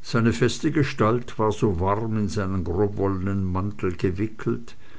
seine feste gestalt war so warm in einen grobwollenen mantel gewickelt